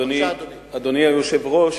אדוני היושב-ראש,